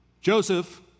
Joseph